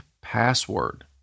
password